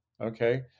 okay